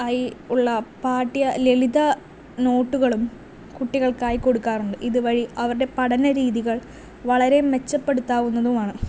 ആയി ഉള്ള പാഠ്യ ലളിത നോട്ടുകളും കുട്ടികൾക്കായി കൊടുക്കാറുണ്ട് ഇതുവഴി അവരുടെ പഠനരീതികൾ വളരെ മെച്ചപ്പെടുത്താവുന്നതുമാണ്